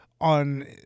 on